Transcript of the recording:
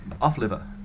off-liver